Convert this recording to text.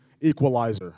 Equalizer